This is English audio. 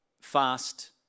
fast